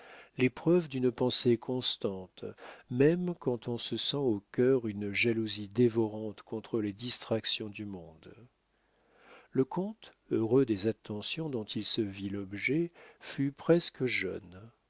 les preuves d'une pensée constante même quand on se sent au cœur une jalousie dévorante contre les distractions du monde le comte heureux des attentions dont il se vit l'objet fut presque jeune